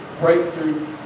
breakthrough